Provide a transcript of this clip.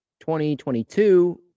2022